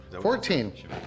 Fourteen